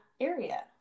area